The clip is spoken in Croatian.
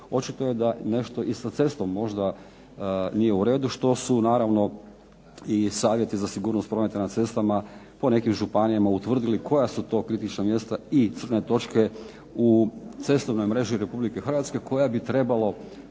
Očito je da nešto i sa cestom možda nije u redu što su naravno i savjeti za sigurnost prometa na cestama po nekim županijama utvrdili koja su to kritična mjesta i crne točke u cestovnoj mreži Republike Hrvatske koja bi trebalo